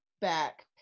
back